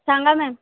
सांगा मॅम